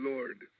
Lord